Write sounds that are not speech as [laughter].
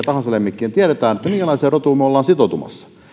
[unintelligible] tahansa lemmikin niin me tiedämme minkälaiseen rotuun me olemme sitoutumassa